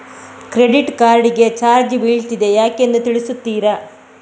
Credit card ಗೆ charge ಬೀಳ್ತಿದೆ ಯಾಕೆಂದು ತಿಳಿಸುತ್ತೀರಾ?